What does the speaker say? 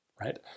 right